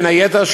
בין היתר,